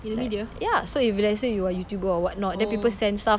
like ya so if let's say you are youtuber or whatnot then people send stuff